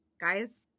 guys